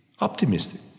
optimistic